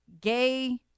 gay